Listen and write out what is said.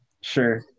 Sure